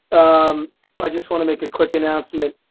um but i just want to make a quick announcement.